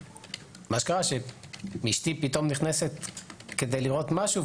מה שקרה הוא שאשתי פתאום נכנסת כדי לראות משהו.